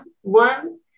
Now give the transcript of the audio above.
one